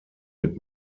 wird